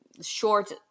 short